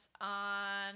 on